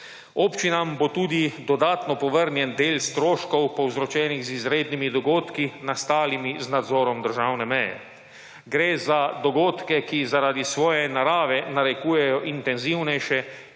Občinam bo tudi dodatno povrnjene del stroškov povzročenih z izrednimi dogodki nastalimi z nadzorom državne meje. Gre za dogodke, ki zaradi svoje narave narekujejo intenzivnejše